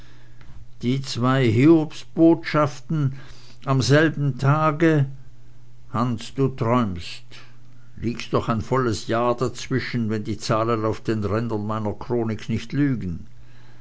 die zwei hiobsposten an demselben tage hans du träumst liegt doch ein volles jahr dazwischen wenn die zahlen auf den rändern meiner chronik nicht lügen